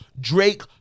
Drake